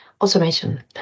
automation